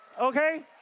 Okay